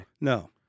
No